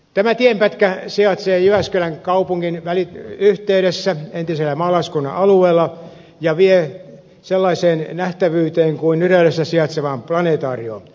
tämä tienpätkä sijaitsee jyväskylän kaupungin yhteydessä entisellä maalaiskunnan alueella ja vie sellaiseen nähtävyyteen kuin nyrölässä sijaitsevaan planetaarioon